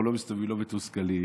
אנחנו לא מסתובבים מתוסכלים